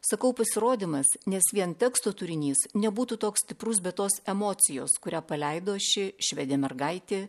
sakau pasirodymas nes vien teksto turinys nebūtų toks stiprus be tos emocijos kurią paleido ši švedė mergaitė